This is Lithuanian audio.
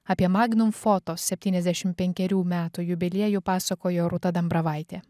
apie magnum fotos septyniasdešim penkerių metų jubiliejų pasakojo rūta dambravaitė